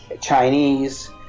Chinese